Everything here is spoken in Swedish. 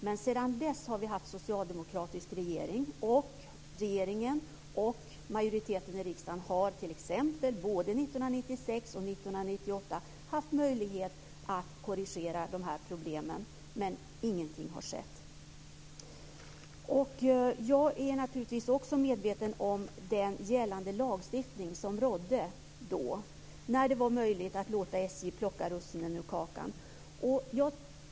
Men sedan dess har vi haft socialdemokratiska regeringar, och regeringen och majoriteten i riksdagen hade t.ex. både 1996 och 1998 möjlighet att korrigera dessa förhållanden, men ingenting har skett. Jag är naturligtvis också medveten om den lagstiftning som gällde då. Det var möjligt att låta SJ plocka russinen ur kakan.